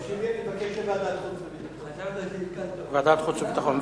אני מבקש לוועדת חוץ וביטחון.